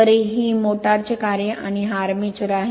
तर ही मोटार चे कार्य आहे आणि हा आर्मेचर आहे